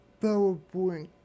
PowerPoint